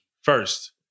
first